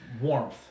warmth